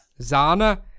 Zana